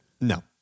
No